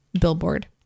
billboard